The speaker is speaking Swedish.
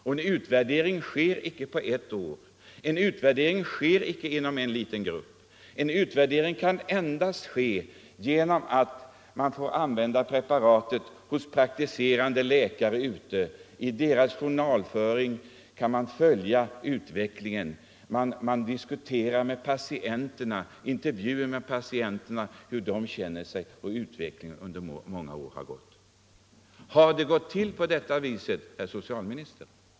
Och en utvärdering sker icke på ett år eller inom en liten grupp. En utvärdering kan endast ske genom att man får använda preparatet hos praktiserande läkare. I deras journalföring kan man följa utvecklingen. Man gör intervjuer med patienterna om hur de känner sig och diskuterar med dem hur utvecklingen under många år har gått. Har det gått till på det viset, herr socialminister?